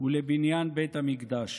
ולבניין בית המקדש,